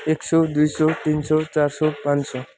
एक सौ दुई सौ तिन सौ चार सौ पाँच सौ